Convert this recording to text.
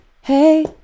Hey